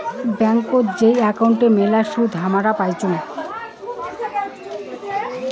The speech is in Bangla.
ব্যাংকোত যেই একাউন্ট মেলা সুদ হামরা পাইচুঙ